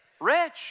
Rich